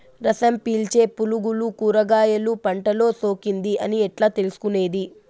రసం పీల్చే పులుగులు కూరగాయలు పంటలో సోకింది అని ఎట్లా తెలుసుకునేది?